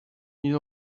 ils